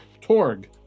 Torg